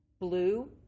Blue